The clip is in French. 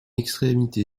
extrémité